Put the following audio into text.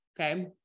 Okay